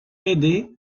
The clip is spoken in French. aidé